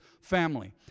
family